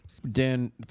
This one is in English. Dan